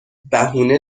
بهونه